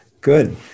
good